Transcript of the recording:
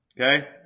Okay